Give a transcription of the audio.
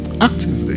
Actively